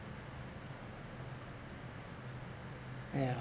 uh yeah